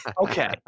Okay